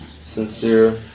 sincere